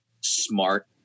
smart